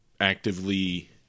actively